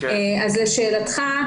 אז לשאלתך,